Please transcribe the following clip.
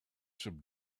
some